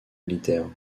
militaires